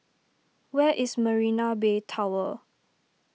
where is Marina Bay Tower